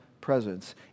presence